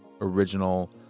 original